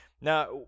Now